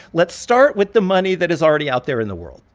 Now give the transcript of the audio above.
let's start with the money that is already out there in the world.